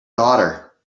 daughter